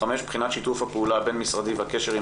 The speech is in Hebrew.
בחינת שיתוף הפעולה בין משרדים והקשר עם